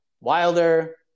Wilder